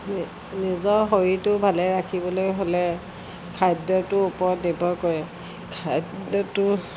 নিজৰ শৰীৰটো ভালে ৰাখিবলৈ হ'লে খাদ্যটোৰ ওপৰত নিৰ্ভৰ কৰে খাদ্যটো